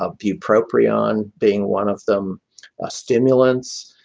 ah bupropion being one of them stimulants,